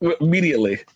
immediately